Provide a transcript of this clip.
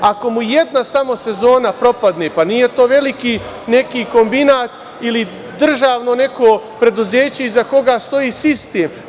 Ako mu jedna samo sezona propadne, pa nije to veliki neki kombinat ili državno neko preduzeće iza koga stoji sistem.